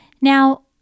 Now